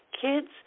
kids